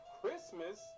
Christmas